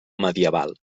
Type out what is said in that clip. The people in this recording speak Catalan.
medieval